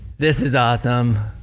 this is awesome,